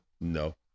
No